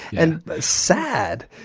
and sad.